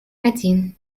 один